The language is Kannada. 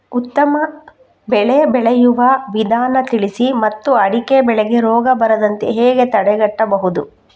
ಉತ್ತಮ ಬೆಳೆ ಬೆಳೆಯುವ ವಿಧಾನ ತಿಳಿಸಿ ಮತ್ತು ಅಡಿಕೆ ಬೆಳೆಗೆ ರೋಗ ಬರದಂತೆ ಹೇಗೆ ತಡೆಗಟ್ಟಬಹುದು?